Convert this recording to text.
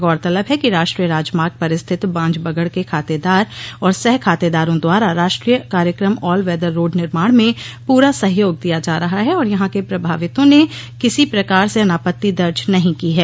गौरतलब है कि राष्ट्रीय राजमार्ग पर स्थित बांजबगड के खातेदार और सह खातेदारों द्वारा राष्ट्रीय कार्यक्रम ऑल वेदर रोड निर्माण में पूरा सहयोग दिया जा रहा है और यहां के प्रभावितों ने किसी प्रकार से अनापत्ति दर्ज नही की है